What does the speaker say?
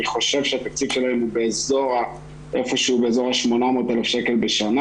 אני חושב שהתקציב שלהם הוא איפה שהוא באזור ה-800,000 שקל בשנה,